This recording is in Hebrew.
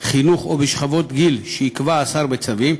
חינוך או בשכבות גיל שיקבע השר בצווים,